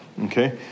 Okay